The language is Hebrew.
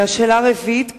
השאלה הרביעית,